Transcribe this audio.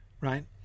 right